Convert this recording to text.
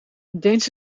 deens